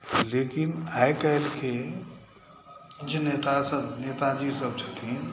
लेकिन आइ काल्हिके जे नेतासभ नेताजीसभ छथिन